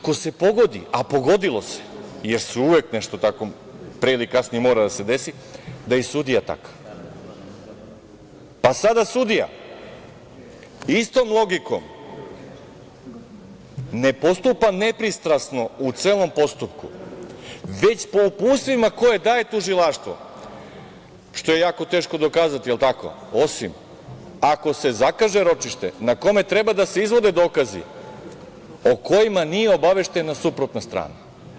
Ako se pogodi, a pogodilo se jer uvek nešto tako pre ili kasnije mora da se desi, da je i sudija takav, pa sada sudija istom logikom ne postupa nepristrasno u celom postupku, već po uputstvima koja daje tužilaštvo, što je jako teško dokazati, jel tako, osim ako se zakaže ročište na kome treba da se izvode dokazi o kojima nije obaveštena suprotna strana.